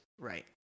Right